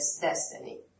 destiny